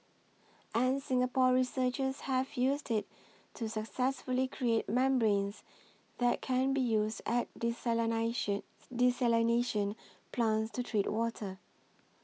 and Singapore researchers have used it to successfully create membranes that can be used at desalination plants to treat water